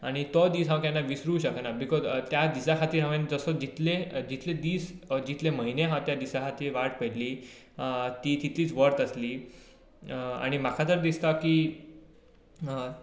आनी तो दीस हांव केन्ना विसरूं शकना बिकॉज त्या दिसा खातीर हांवें जसो जितले दीस जितले म्हयने हांवें दिसा खातीर वाट पयल्ली ती तितलीच वर्थ आसली आनी म्हाका तर दिसता की